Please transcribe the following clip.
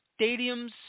Stadiums